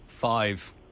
Five